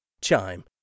Chime